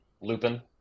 Lupin